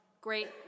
great